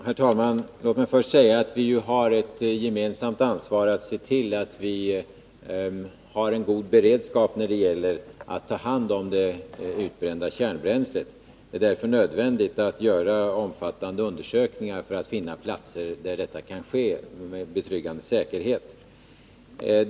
Herr talman! Låt mig först säga att vi har ett gemensamt ansvar för att se till att vi har god beredskap när det gäller att ta hand om det utbrända kärnbränslet. Det är därför nödvändigt att göra omfattande undersökningar för att finna platser där förvaringen kan ske med betryggande säkerhet.